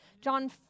John